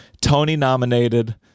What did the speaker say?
Tony-nominated